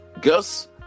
Gus